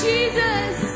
Jesus